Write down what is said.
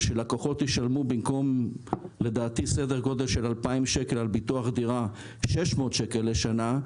ושלקוחות ישלמו על ביטוח דירה 600 ₪ בשנה,